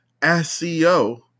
SEO